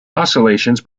oscillations